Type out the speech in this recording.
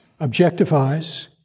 objectifies